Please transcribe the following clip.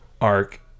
arc